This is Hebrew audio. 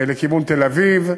לכיוון תל-אביב.